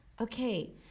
Okay